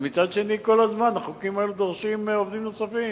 ומצד שני כל הזמן החוקים האלו דורשים עובדים נוספים.